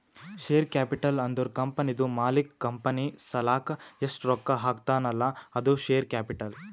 share capital ಅಂದುರ್ ಕಂಪನಿದು ಮಾಲೀಕ್ ಕಂಪನಿ ಸಲಾಕ್ ಎಸ್ಟ್ ರೊಕ್ಕಾ ಹಾಕ್ತಾನ್ ಅಲ್ಲಾ ಅದು ಶೇರ್ ಕ್ಯಾಪಿಟಲ್